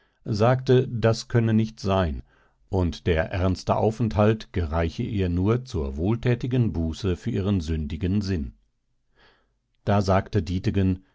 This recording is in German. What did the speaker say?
sagte das könne nicht sein und der ernste aufenthalt gereiche ihr nur zur wohltätigen buße für ihren sündigen sinn da sagte dietegen